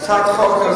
הצעת חוק,